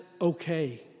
okay